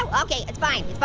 okay it's fine,